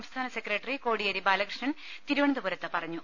സംസ്ഥാന സെക്രട്ടറി കോടിയേരിബാലകൃഷ്ണൻ തിരുവനന്തപുരത്ത് പറഞ്ഞു